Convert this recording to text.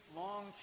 long